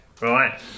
right